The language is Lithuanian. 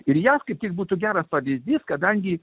ir ją skaityti būtų geras pavyzdys kadangi